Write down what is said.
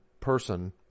person